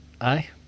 aye